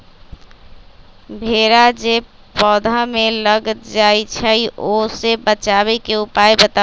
भेरा जे पौधा में लग जाइछई ओ से बचाबे के उपाय बताऊँ?